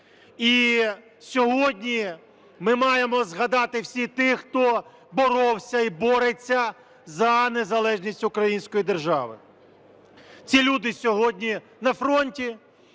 І сьогодні ми маємо згадати всіх тих, хто боровся і бореться за незалежність української держави. Ці люди сьогодні на фронті,